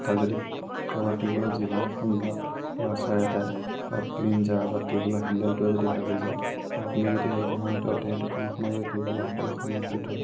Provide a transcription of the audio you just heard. এতিয়া যদি কাৰোবাৰ টিউবৱেলত জিভা এখন বা ৱাছাৰ এটাই বা ক্লিনজাৰ বা টিউবৱেলৰ হেণ্ডেলটোৱেই যদি ভাঙি যায় আপুনি যদি সেই গাঁৱৰ ভিতৰত সেই দোকানখনত টিউবৱেলৰ সকলো সামগ্ৰী থয়